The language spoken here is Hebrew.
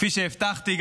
כפי שהבטחתי,